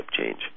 change